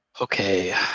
Okay